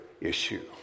issue